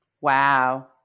Wow